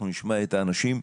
אנחנו נשמע את האנשים,